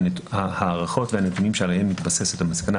ההערכות והנתונים שעליהם מתבססת המסקנה